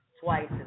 twice